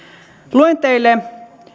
luen teille